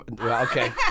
Okay